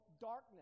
darkness